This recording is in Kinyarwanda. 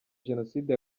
jenoside